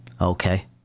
okay